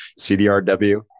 CDRW